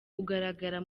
kugaragara